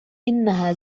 إنها